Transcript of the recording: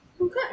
Okay